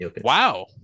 Wow